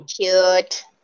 Cute